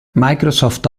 microsoft